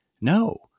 no